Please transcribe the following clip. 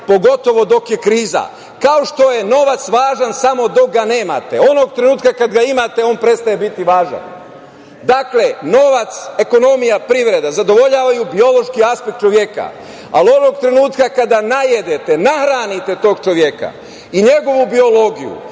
pogotovo dok je kriza, kao što je novac važan samo dok ga nemate. Onog trenutka kada ga imate, on prestaje biti važan. Dakle, novac, ekonomija, privreda zadovoljavaju biološki aspekt čoveka, ali onog trenutka kada najedete, nahranite tog čoveka i njegovu biologiju,